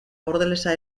bordelesa